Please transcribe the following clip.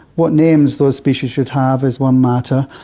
what names those species should have is one matter.